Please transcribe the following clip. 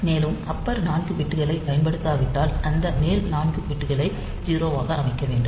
மேலும் அப்பர் 4 பிட்களைப் பயன்படுத்தாவிட்டால் அந்த மேல் 4 பிட்களை 0 ஆக அமைக்க வேண்டும்